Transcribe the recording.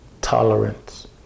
tolerance